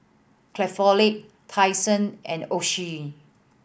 Craftholic Tai Sun and Oishi